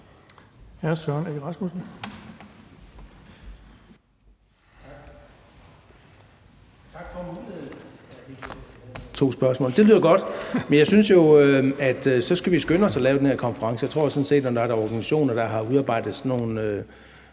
Tak for muligheden ... [Lydudfald] ... Det lyder godt. Men jeg synes jo, at vi så skal skynde os at lave den her konference. Jeg tror sådan set, at når der er organisationer, der har udarbejdet sådan nogle